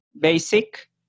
basic